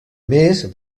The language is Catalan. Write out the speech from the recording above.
més